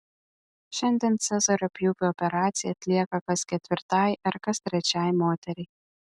šiandien cezario pjūvio operacija atlieka kas ketvirtai ar kas trečiai moteriai